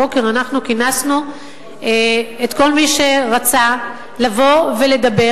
הבוקר אנחנו כינסנו את כל מי שרצה לבוא ולדבר